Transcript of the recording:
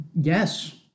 Yes